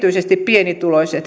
ei